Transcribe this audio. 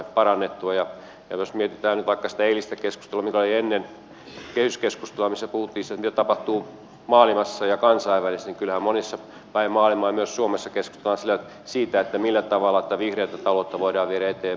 jos mietitään nyt vaikka sitä eilistä keskustelua mikä oli ennen kehyskeskustelua ja missä puhuttiin siitä mitä tapahtuu maailmassa ja kansainvälisesti niin kyllähän monessa päin maailmaa myös suomessa keskustellaan siitä millä tavalla tätä vihreätä taloutta voidaan viedä eteenpäin